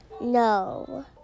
No